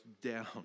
down